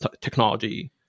technology